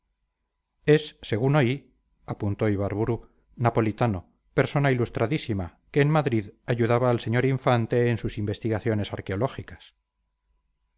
es según oí apuntó ibarburu napolitano persona ilustradísima que en madrid ayudaba al señor infante en sus investigaciones arqueológicas